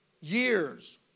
years